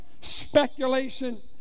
Speculation